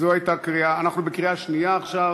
אנחנו בקריאה שנייה עכשיו.